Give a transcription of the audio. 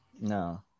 No